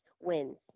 wins